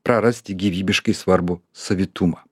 prarasti gyvybiškai svarbu savitumą